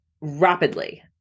rapidly